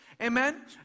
Amen